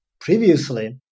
previously